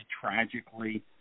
tragically